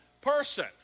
person